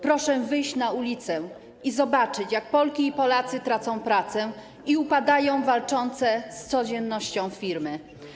Proszę wyjść na ulicę i zobaczyć, jak Polki i Polacy tracą pracę i upadają walczące z codziennością firmy.